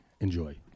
Enjoy